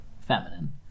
feminine